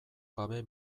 gabe